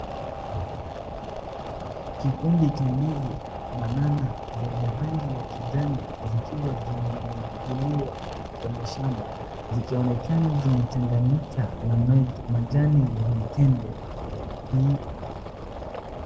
Kikundi cha ndizi, banana zenye rangi ya kijani, zikiwa zimenukuliwa kwenye shamba, zikionekana zimechanganyika na majani ya mitende.